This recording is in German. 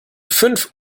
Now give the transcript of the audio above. fünf